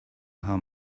how